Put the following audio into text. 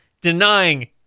denying